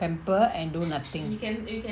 pamper and do nothing